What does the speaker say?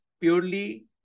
purely